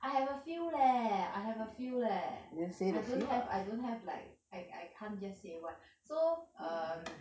I have a few leh I have a few leh I don't have I don't have like I I I can't just say one so um